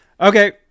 Okay